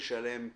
לשלם,